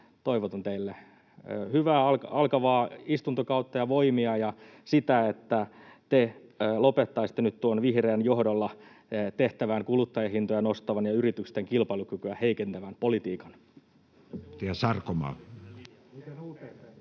toivotan teille hyvää alkavaa istuntokautta ja voimia ja sitä, että te lopettaisitte nyt tuon vihreiden johdolla tehtävän kuluttajahintoja nostavan ja yritysten kilpailukykyä heikentävän politiikan.